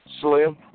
Slim